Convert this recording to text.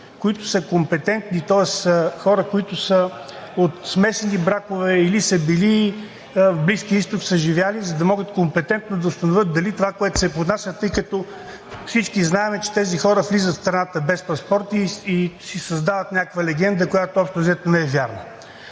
които да са компетентни, тоест хора от смесени бракове, които са били или са живели в Близкия изток, за да могат компетентно да установят дали е това, което се поднася, тъй като всички знаят, че тези хора влизат в страната без паспорти и си създават някаква легенда, която общо взето не е вярна?